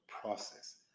process